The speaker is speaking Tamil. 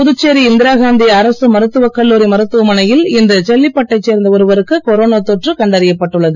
புதுச்சேரி இந்திராகாந்தி அரசு மருத்துவக் கல்லூரி மருத்துவமனையில் செல்லிப்பட்டை சேர்ந்த ஒருவருக்கு கொரோனா இன்று தொற்று கண்டறியப்பட்டுள்ளது